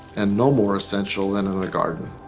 and no more essential than in the garden.